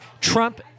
Trump